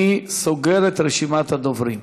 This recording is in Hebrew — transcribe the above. אני סוגר את רשימת הדוברים.